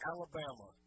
Alabama